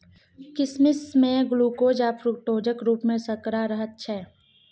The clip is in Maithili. किसमिश मे ग्लुकोज आ फ्रुक्टोजक रुप मे सर्करा रहैत छै